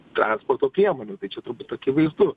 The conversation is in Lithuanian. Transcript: transporto priemonių tai čia turbūt akivaizdu